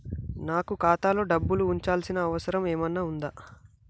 నాకు ఖాతాలో డబ్బులు ఉంచాల్సిన అవసరం ఏమన్నా ఉందా?